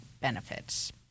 benefits